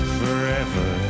forever